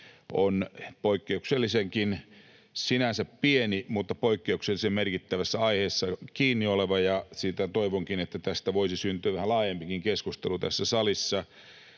osalta on sinänsä pieni, mutta poikkeuksellisen merkittävässä aiheessa kiinni oleva, ja toivonkin, että tästä voisi syntyä vähän laajempikin keskustelu tässä salissa